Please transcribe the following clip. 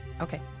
Okay